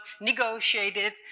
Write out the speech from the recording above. negotiated